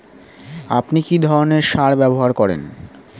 আপনি কী ধরনের সার ব্যবহার করেন?